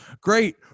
great